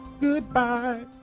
Goodbye